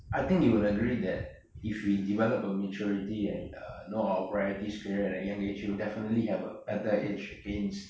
I think you will agree that if we develop a maturity at uh you know our priorities clearer at a young age you will definitely have a better edge against